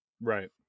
right